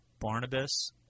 Barnabas